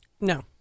No